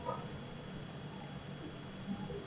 what